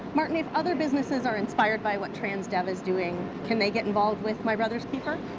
martin, if other businesses are inspired by what transdev is doing, can they get involved with my brother's keeper?